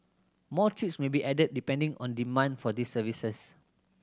more trips may be added depending on demand for these services